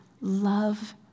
love